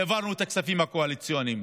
והעברנו את הכספים הקואליציוניים.